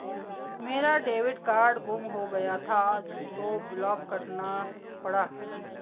मेरा debit card गुम हो गया था तो ब्लॉक करना पड़ा